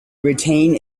retain